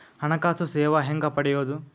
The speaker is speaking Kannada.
ಹಣಕಾಸು ಸೇವಾ ಹೆಂಗ ಪಡಿಯೊದ?